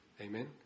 Amen